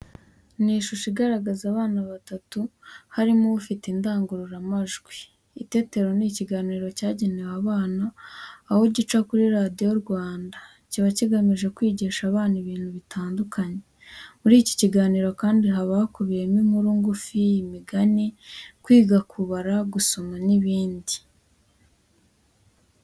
Ni ishusho igaragaza abana batatu, harimo ufite indangururamajwi. Itetero ni ikiganiro cyagenewe abana, aho gica kuri Radiyo Rwanda, kiba kigamije kwigisha abana ibintu bitandukanye. Muri iki kiganiro kandi haba hakubiyemo inkuru ngufi, imigani, kwiga kubara, gusoma n'ibindi.